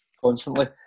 constantly